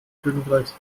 königreichs